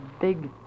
big